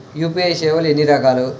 UPI సేవలు ఎన్నిరకాలు?